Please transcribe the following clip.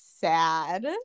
sad